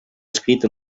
escrit